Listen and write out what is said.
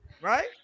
Right